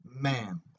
Man